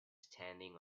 standing